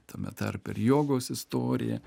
tame tarpe ir jogos istoriją